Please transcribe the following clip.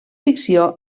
ficció